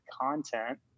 content